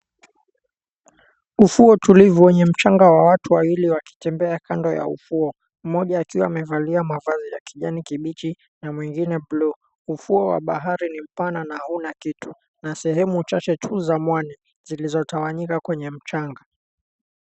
Ufuo tulivu wenye mchanga watu wawili wakitembea kando ya ufuo mmoja akiwa amevalia mavazi ya kijani kibichi na mwingine buluu, ufuo wa bahari ni mpana na huna kitu na sehemu chache tu za mwani zilizotawanyika kwenye mchanga.